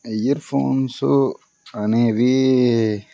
year phones అనేవి